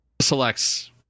Selects